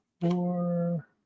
four